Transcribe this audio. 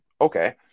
Okay